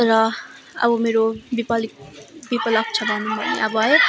र अब मेरो बिपली बिपलक्ष भनौँ भने अब है